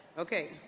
okay.